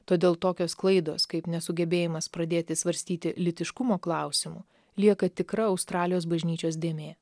todėl tokios klaidos kaip nesugebėjimas pradėti svarstyti lytiškumo klausimų lieka tikra australijos bažnyčios dėmė